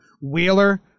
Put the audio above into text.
Wheeler